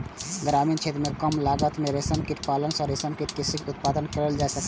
ग्रामीण क्षेत्र मे कम लागत मे रेशम कीट पालन सं रेशम कीट के शीघ्र उत्पादन कैल जा सकैए